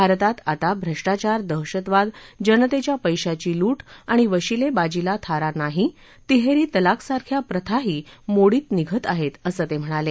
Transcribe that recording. भारतात आता भ्रष्टाचार दहशतवाद जनतेच्या पैशाची लूट आणि वशिलेबाजीला थारा नाही तिहेरी तलाक सारख्या प्रथाही मोडीत निघत आहेत असं ते म्हणाले